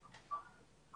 כאן.